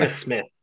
Smith